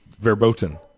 verboten